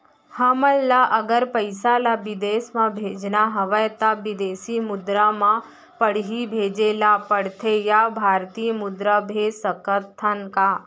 हमन ला अगर पइसा ला विदेश म भेजना हवय त विदेशी मुद्रा म पड़ही भेजे ला पड़थे या भारतीय मुद्रा भेज सकथन का?